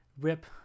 rip